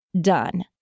done